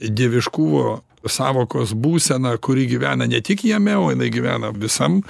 dieviškumo sąvokos būseną kuri gyvena ne tik jame o jinai gyvena visam